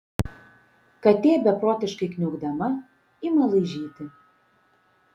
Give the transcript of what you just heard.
katė beprotiškai kniaukdama ima laižyti